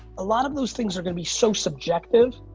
a lot of those things are gonna be so subjective,